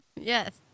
Yes